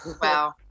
Wow